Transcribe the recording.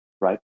right